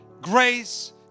grace